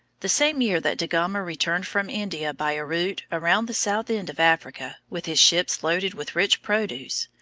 the same year that da gama returned from india by a route around the south end of africa, with his ships loaded with rich produce,